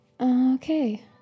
Okay